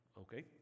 okay